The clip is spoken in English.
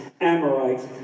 Amorites